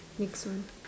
next one